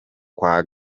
kwa